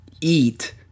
eat